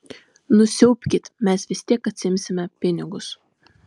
nusiaubkit mes vis tiek atsiimsime pinigus